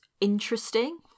interesting